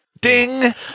Ding